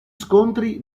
scontri